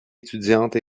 étudiante